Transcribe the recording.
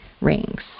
rings